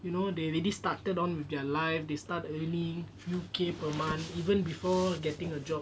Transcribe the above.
you know they they just started on with their life they start early few K per month even before getting a job